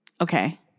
Okay